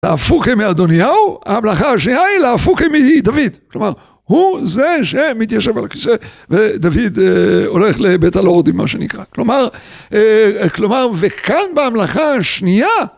לאפוקי מאדוניהו, ההמלכה השנייה היא לאפוקי מדוד, כלומר הוא זה שמתיישב על הכיסא ודוד הולך לבית הלורדים מה שנקרא, כלומר, אה, כלומר וכאן בהמלכה השנייה